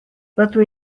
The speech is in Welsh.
rydw